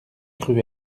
rue